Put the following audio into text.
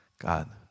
God